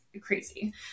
crazy